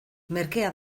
merkea